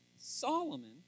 Solomon